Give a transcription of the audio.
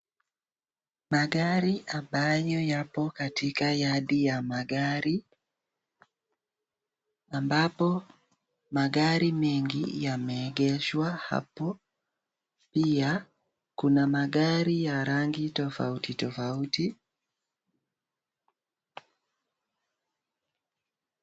Magari ambayo yapo katika yard ya magari, ambapo magari mengi yameegeshwa hapo. Pia kuna magari ya rangi tofauti tofauti.